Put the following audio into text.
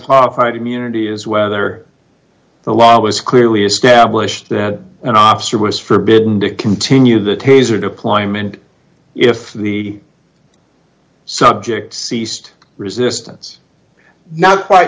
hard immunity is whether the law was clearly established that an officer was forbidden to continue the taser deployment if the subject ceased resistance not quite